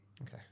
Okay